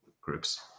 groups